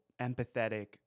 empathetic